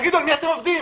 תגידו, על מי אתם עובדים?